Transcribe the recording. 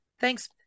Thanks